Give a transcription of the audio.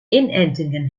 inentingen